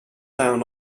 down